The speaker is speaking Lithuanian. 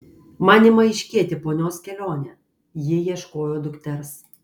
man ima aiškėti ponios kelionė ji ieškojo dukters